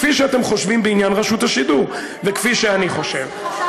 כפי שאתם חושבים בעניין רשות השידור וכפי שאני חושב.